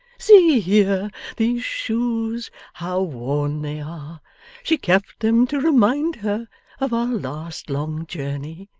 see here these shoes how worn they are she kept them to remind her of our last long journey.